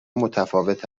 متفاوت